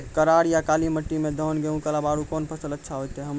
करार या काली माटी म धान, गेहूँ के अलावा औरो कोन फसल अचछा होतै?